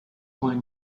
find